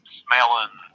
smelling